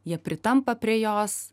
jie pritampa prie jos